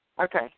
Okay